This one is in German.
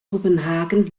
kopenhagen